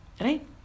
Right